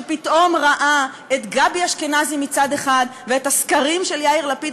שפתאום ראה את גבי אשכנזי מצד אחד ואת הסקרים של יאיר לפיד